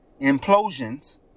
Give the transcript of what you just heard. implosions